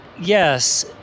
Yes